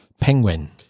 Penguin